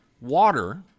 water